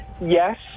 Yes